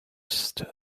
stuff